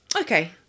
okay